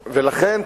ולכן,